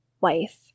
wife